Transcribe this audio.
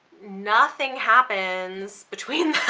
nothing happens between